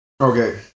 Okay